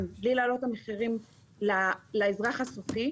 ובלי להעלות את המחירים לאזרח בקצה.